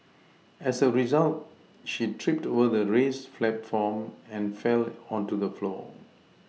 as a result she tripped over the raised platform and fell onto the floor